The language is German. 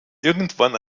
irgendwann